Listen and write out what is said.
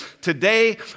today